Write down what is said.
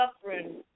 suffering